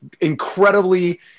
incredibly